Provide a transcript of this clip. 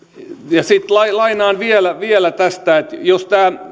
sitten lainaan vielä vielä tästä että jos tämä